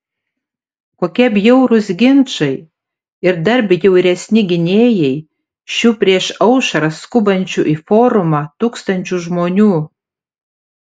kokie bjaurūs ginčai ir dar bjauresni gynėjai šių prieš aušrą skubančių į forumą tūkstančių žmonių